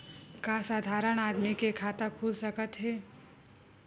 का साधारण आदमी के खाता खुल सकत हे?